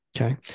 Okay